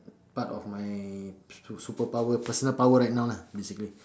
part of my superpower personal power right now lah basically